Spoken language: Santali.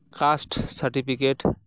caste certificate